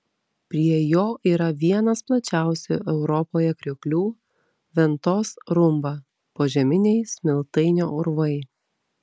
prie jo yra vienas plačiausių europoje krioklių ventos rumba požeminiai smiltainio urvai